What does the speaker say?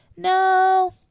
No